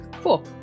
Four